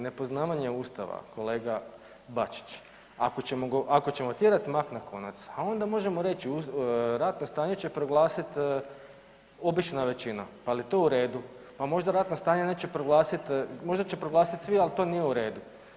Nepoznavanje Ustava kolega Bačić, ako ćemo tjerati mak na konac, a onda možemo reći ratno stanje će proglasiti obična većina, ali je to u redu, a možda ratno stanje neće proglasit, možda će proglasiti svi ali to nije u redu.